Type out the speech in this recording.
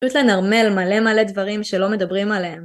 פשוט לנרמל מלא מלא דברים שלא מדברים עליהם